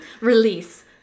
Release